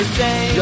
say